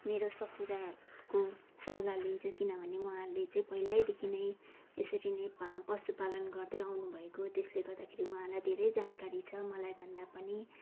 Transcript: मेरो ससुराको सल्लाह लिन्छु किनभने उहाँहरूले चाहिँ पहिल्यैदेखि नै यसरी नै पशुपालन गर्दै आउनु भएको त्यसले गर्दाखेरि उहाँलाई धेरै जानकारी छ मलाई भन्दा पनि